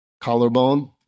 collarbone